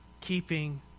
keeping